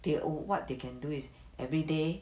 they oh what they can do it everyday